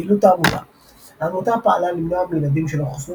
פעילות העמותה העמותה פעלה למנוע מילדים שלא חוסנו